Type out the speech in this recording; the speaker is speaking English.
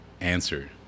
answer